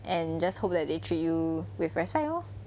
and just hope that they treat you with respect lor